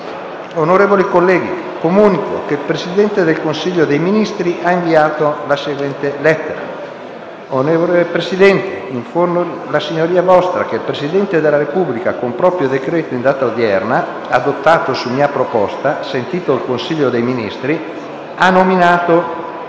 Onorevoli colleghi, comunico che il Presidente del Consiglio dei ministri ha inviato la seguente lettera: «Roma, 29 dicembre 2016 Onorevole Presidente, informo la S.V. che il Presidente della Repubblica, con proprio decreto in data odierna, adottato su mia proposta, sentito il Consiglio dei Ministri, ha nominato